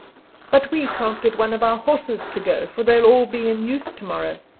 but we can't get one of our horses to go, for they'll all be in use tomorrow,